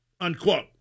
unquote